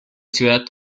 ciudad